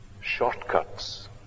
Shortcuts